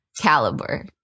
caliber